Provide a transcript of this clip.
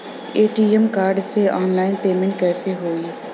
ATM card से online payment कैसे होई?